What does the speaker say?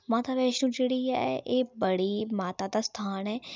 माता वैश्णो जेहड़ी ऐ एह् बड़ी माता दा स्थान ऐ